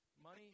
Money